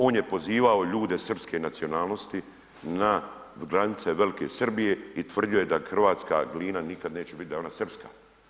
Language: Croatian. On je pozivao ljude srpske nacionalnosti na granice Velike Srbije i tvrdio je da hrvatska Glina nikad neće biti, da je ona srpska.